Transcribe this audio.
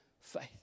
Faith